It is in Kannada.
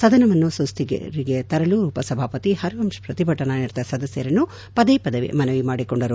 ಸದನವನ್ನು ಸುಸ್ತಿತಿಗೆ ತರಲು ಉಪ ಸಭಾಪತಿ ಹರಿವಂಶ್ ಪ್ರತಿಭಟನಾ ನಿರತ ಸದಸ್ಯರನ್ನು ಪದೇ ಪದೇ ಮನವಿ ಮಾಡಿಕೊಂಡರು